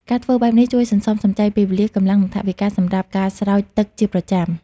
ការធ្វើបែបនេះជួយសន្សំសំចៃពេលវេលា កម្លាំង និងថវិកាសម្រាប់ការស្រោចទឹកជាប្រចាំ។